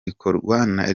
ikorwa